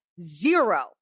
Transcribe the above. zero